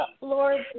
Lord